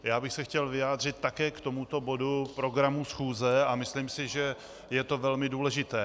Já bych se chtěl vyjádřit také k tomuto bodu programu schůze a myslím si, že je to velmi důležité.